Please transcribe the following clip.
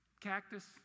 Cactus